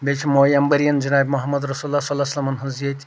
بیٚیہِ چھِ موے عمبٔرِین جِناب محمد رُسول اللہ صلی اللہ علیہِ وسلمن ہنٛز ییٚتہِ